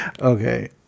okay